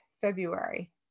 February